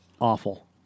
awful